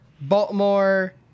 Baltimore